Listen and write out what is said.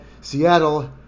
Seattle